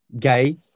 gay